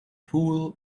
pool